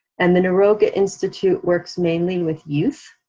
and the niroga institute works mainly with youth.